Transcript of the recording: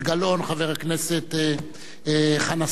חבר הכנסת חנא סוייד,